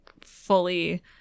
fully